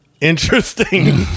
interesting